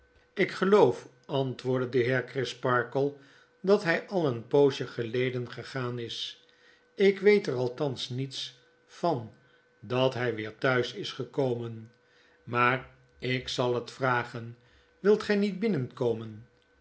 ik geloof antwoordde de heer crisparkle dat hfl al een poosje geleden gegaan is ik weet er althans niets van dat hfl weer thuis is gekomen maar ik zal het vragen wilt gfl niet binnenkomen